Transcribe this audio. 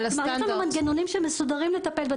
כלומר יש לנו מנגנונים שמסודרים לטפל בדברים האלה,